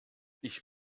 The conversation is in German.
ich